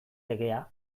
legea